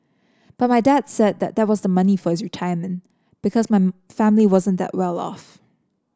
but my dad said that that was the money for his retirement because my family wasn't that well off